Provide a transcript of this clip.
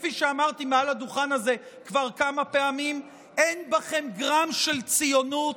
כפי שאמרתי מעל הדוכן הזה כבר כמה פעמים: אין בכם גרם של ציונות,